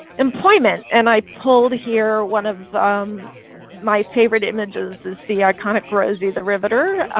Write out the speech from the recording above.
employment and i pulled here one of um my favorite image is is the iconic rosie the riveter.